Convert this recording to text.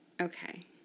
Okay